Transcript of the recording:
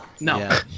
no